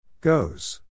Goes